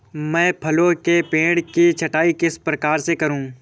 मैं फलों के पेड़ की छटाई किस प्रकार से करूं?